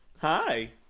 Hi